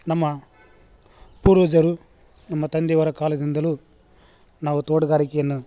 ನಮ್ಮ ಪೂರ್ವಜರು ನಮ್ಮ ತಂದೆಯವರ ಕಾಲದಿಂದಲೂ ನಾವು ತೋಟಗಾರಿಕೆಯನ್ನ